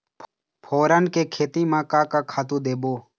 फोरन के खेती म का का खातू देबो?